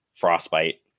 frostbite